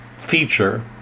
feature